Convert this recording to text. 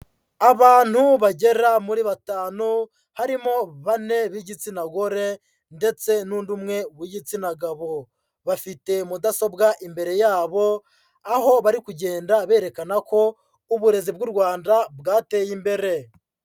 Abantu bagera muri batanu, harimo bane b'igitsina gore, ndetse n'undi umwe w'igitsina gabo. Bafite mudasobwa imbere yabo, aho bari kugenda berekana ko uburezi bw'u Rwanda bwateye imbere.